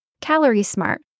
calorie-smart